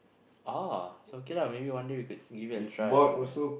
oh so okay lah maybe we could give it a try ah together